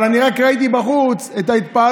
אבל אני רק ראיתי בחוץ את ההתפעלות.